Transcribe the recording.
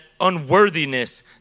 unworthiness